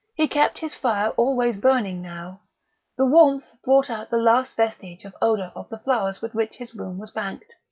he kept his fire always burning now the warmth brought out the last vestige of odour of the flowers with which his room was banked.